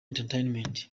entertainment